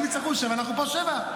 אם יצטרכו שבע, אנחנו פה שבע.